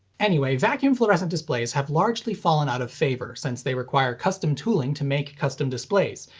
anyway, vacuum fluorescent displays have largely fallen out of favor since they require custom tooling to make custom displays,